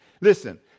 Listen